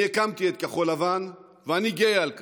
אני הקמתי את כחול לבן, ואני גאה על כך.